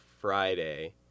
Friday